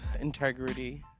integrity